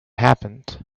happened